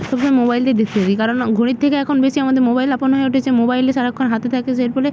মোবাইলে দেখে নিই কারণ না ঘড়ির থেকে এখন বেশি আমাদের মোবাইল আপন হয়ে উঠেছে মোবাইল সারাক্ষণ হাতে থাকে যে এর ফলে